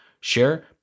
Share